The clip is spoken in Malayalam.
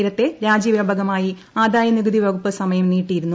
നേരത്തെ രാജ്യവ്യാപകമായി ആദായനികുതി വകുപ്പ് സമയം നീട്ടിയിരുന്നു